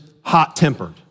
hot-tempered